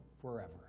forever